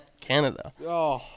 Canada